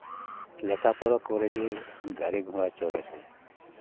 ᱞᱮᱠᱷᱟ ᱯᱚᱲᱟ ᱠᱚᱨᱮ ᱡᱮ ᱜᱟᱹᱲᱤ ᱜᱷᱚᱲᱟ ᱪᱚᱲᱮ ᱥᱮ